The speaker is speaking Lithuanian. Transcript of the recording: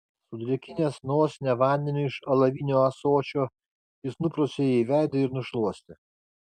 sudrėkinęs nosinę vandeniu iš alavinio ąsočio jis nuprausė jai veidą ir nušluostė